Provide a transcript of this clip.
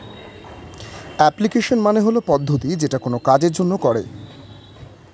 application মানে হল পদ্ধতি যেটা কোনো কাজের জন্য করে